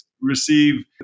receive